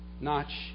notch